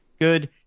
good